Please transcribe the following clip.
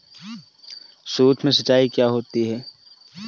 सुक्ष्म सिंचाई क्या होती है?